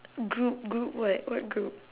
group group what what group